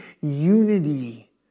unity